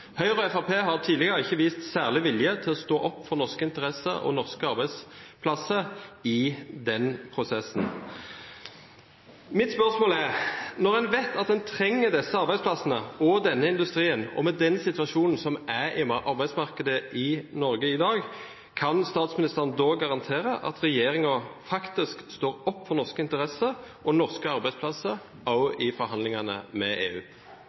Høyre og Fremskrittspartiet har tidligere ikke vist særlig vilje til å stå opp for norske interesser og norske arbeidsplasser i den prosessen. Mitt spørsmål er: Når man vet at en trenger disse arbeidsplassene og denne industrien, og med den situasjonen som er i arbeidsmarkedet i Norge i dag – kan statsministeren garantere at regjeringen faktisk står opp for norske interesser og norske arbeidsplasser også i forhandlingene med EU?